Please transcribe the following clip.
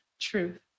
truth